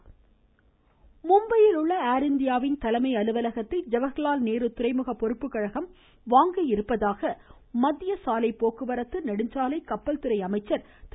நிதின் கட்காரி மும்பையில் உள்ள ஏர் இந்தியாவின் தலைமை அலுவலகத்தை ஜவஹர்லால் நேரு துறைமுக பொறுப்பு கழகம் வாங்க உள்ளதாக மத்திய சாலைபோக்குவரத்து நெடுஞ்சாலை கப்பல்துறை அமைச்சர் திரு